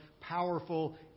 powerful